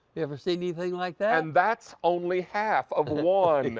ever see anything like that? and that's only half of one!